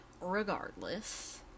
regardless